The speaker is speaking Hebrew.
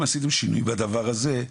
אם עשיתם שינויים בדבר הזה,